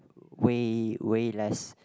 way way less